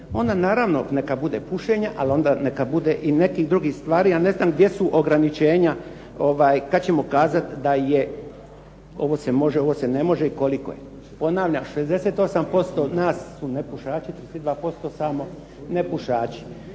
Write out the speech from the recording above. onda naravno neka bude pušenja, ali onda neka bude i nekih drugih stvari. Ja ne znam gdje su ograničenja, kad ćemo kazati da je, ovo se može, ovo se ne može i koliko je. Ponavljam 68% nas su nepušači, 32% samo nepušači.